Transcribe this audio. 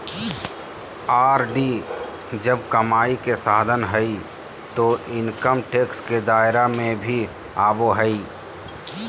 RD जब कमाई के साधन हइ तो इनकम टैक्स के दायरा में भी आवो हइ